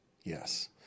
Yes